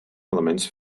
elements